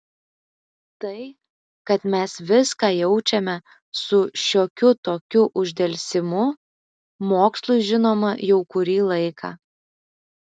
tai kad mes viską jaučiame su šiokiu tokiu uždelsimu mokslui žinoma jau kurį laiką